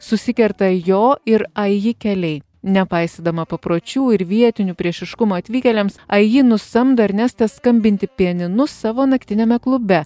susikerta jo ir aiji keliai nepaisydama papročių ir vietinių priešiškumo atvykėliams aiji nusamdo ernestą skambinti pianinu savo naktiniame klube